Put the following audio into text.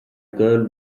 girl